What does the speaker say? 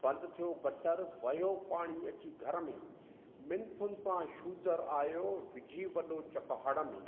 बंदि थियो गटर वियो पाणी अची घर में मिंथुनि सां शूदरु आयो विझी वॾो चक हण में